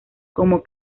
como